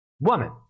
woman